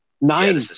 Nine